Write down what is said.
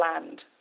land